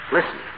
Listen